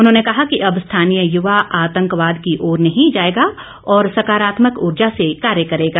उन्होंने कहा कि अब स्थानीय युवा आतंकवाद की ओर नहीं जाएगा और सकारात्मक ऊर्जा से कार्य करेगा